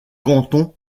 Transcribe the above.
canton